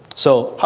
so,